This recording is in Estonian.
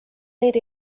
neid